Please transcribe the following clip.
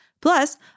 Plus